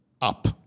up